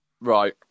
Right